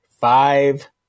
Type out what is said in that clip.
five